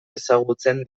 ezagutzen